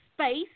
space